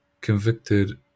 convicted